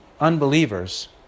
unbelievers